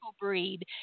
breed